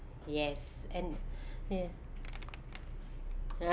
yes and ya